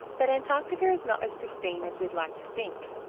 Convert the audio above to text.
but antarctica is not as pristine as we'd like to think.